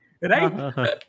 right